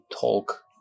talk